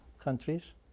countries